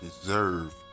deserve